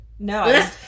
No